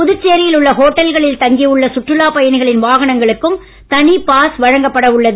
புதுச்சேரியில் உள்ள ஹோட்டல்களில் தங்கி உள்ள சுற்றுலாப் பயணிகளின் வாகனங்களுக்கும் தனிப் பாஸ் வழங்கப்பட உள்ளது